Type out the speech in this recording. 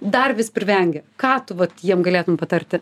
dar vis privengia ką tu vat jiem galėtum patarti